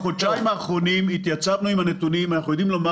בחודשיים האחרונים התייצבנו עם הנתונים ואנחנו יודעים לומר